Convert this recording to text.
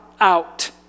out